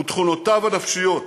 ותכונותיו הנפשיות.